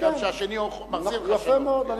זה גם כשהשני מחזיר לך שלום.